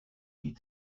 die